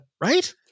Right